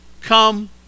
come